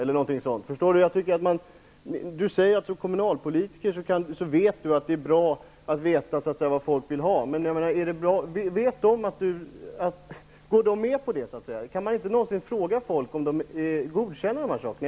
Olle Schmidt säger att han som kommunalpolitiker vet att det är bra att veta vad folk vill ha, men går folk med på det? Kan man inte någonsin fråga folk om de godkänner de här sakerna?